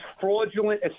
fraudulent